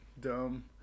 dumb